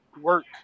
work